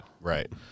Right